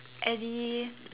Eddy